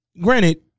granted